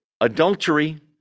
adultery